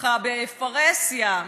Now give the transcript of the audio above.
ככה בפרהסיה,